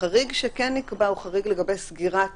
החריג שכן נקבע הוא חריג לגבי סגירת